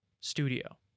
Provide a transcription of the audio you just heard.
studio